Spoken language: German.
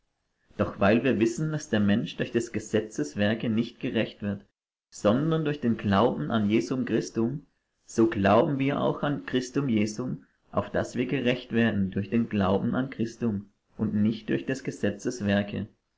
doch weil wir wissen daß der mensch durch des gesetzes werke nicht gerecht wird sondern durch den glauben an jesum christum so glauben wir auch an christum jesum auf daß wir gerecht werden durch den glauben an christum und nicht durch des gesetzes werke